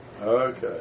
Okay